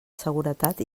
seguretat